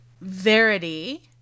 Verity